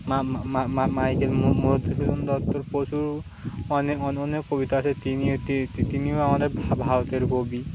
Michael Madhusudan দত্তর প্রচুর অনেক অনেক কবিতা আছে তিনিও আমাদের ভারতের কবি